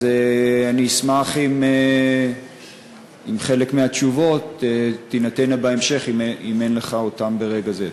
אז אני אשמח אם חלק מהתשובות תינתנה בהמשך אם אין לך אותן ברגע זה.